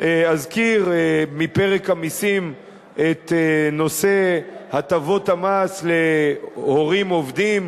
אזכיר מפרק המסים את נושא הטבות המס להורים עובדים: